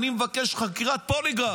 אני מבקש פוליגרף.